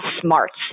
smarts